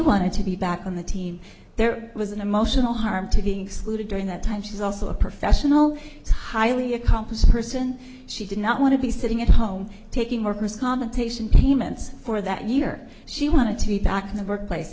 wanted to be back on the team there was an emotional harm to being saluted during that time she's also a professional highly accomplished person she did not want to be sitting at home taking workers commentator payments for that year she wanted to be back in the workplace